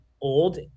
old